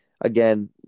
again